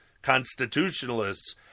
constitutionalists